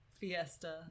fiesta